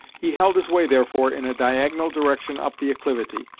he held his way therefore, in a diagonal direction up the acclivity,